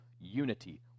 unity